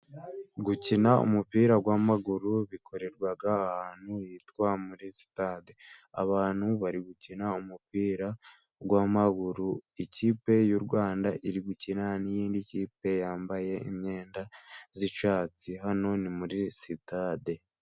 Gukina umupira w'amaguru bikorerwa ahantu hitwa muri sitade, abantu bari gukina umupira w'amaguru ,ikipe y'u Rwanda iri gukina n'iyindi kipe yambaye imyenda y'icyatsi ,hano ni muri sitade.